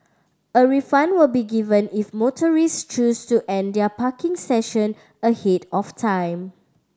a refund will be given if motorist choose to end their parking session ahead of time